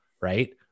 right